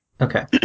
Okay